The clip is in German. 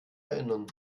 erinnern